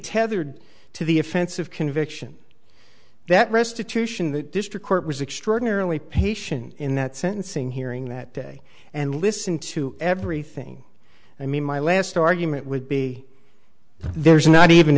tethered to the offensive conviction that restitution that district court was extraordinarily patient in that sentencing hearing that day and listen to everything i mean my last argument would be that there's not even